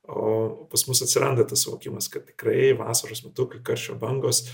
o pas mus atsiranda tas suvokimas kad tikrai vasaros metu kai karščio bangos